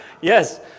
yes